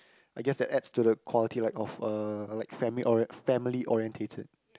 I guess that adds to the quality like of a like family orient~ family orientated